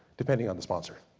depending on the sponsor.